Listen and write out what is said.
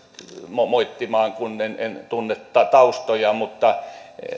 moittimaan kun en tunne taustoja mutta